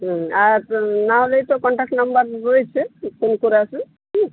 হুম আর না হলেই তো কনট্যাক্ট নাম্বার রয়েছে ফোন করে আসুন হুম